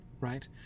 right